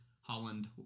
Holland